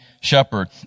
shepherd